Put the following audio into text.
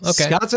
okay